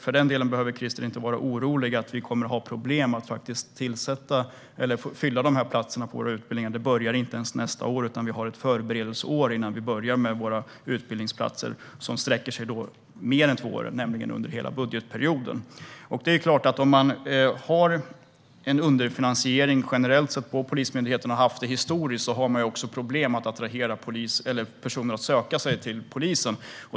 Krister behöver alltså inte vara orolig för att vi skulle få problem att fylla dessa platser på utbildningarna. Det hela börjar inte ens nästa år, utan vi har ett förberedelseår innan vi börjar med våra utbildningsplatser, som alltså sträcker sig över hela budgetperio-den. Om man har en generell underfinansiering för Polismyndigheten, och även har haft det historiskt, har man också problem att attrahera personer att söka sig till polisen.